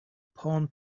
palm